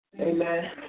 Amen